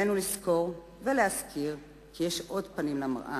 עלינו לזכור ולהזכיר כי יש עוד פנים למראה: